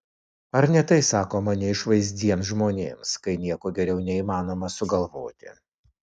ar ne tai sakoma neišvaizdiems žmonėms kai nieko geriau neįmanoma sugalvoti